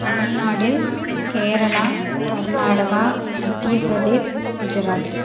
Tamil Nadu Kerala Karnataka Madhya Pradesh Gujarat